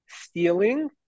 stealing